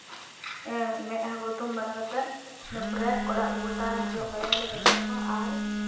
ᱢᱮᱸᱫᱦᱟ ᱠᱚ ᱦᱩᱛᱩᱢ ᱵᱟᱲᱟ ᱠᱟᱛᱮᱫ ᱤᱱᱟᱹ ᱯᱚᱨᱮ ᱚᱲᱟᱜ ᱠᱚ ᱜᱚᱴᱟ ᱡᱚᱜ ᱵᱟᱲᱟᱭᱟᱞᱮ ᱨᱟᱪᱟ ᱠᱚ ᱟᱨ